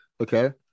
Okay